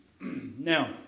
Now